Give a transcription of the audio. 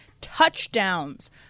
touchdowns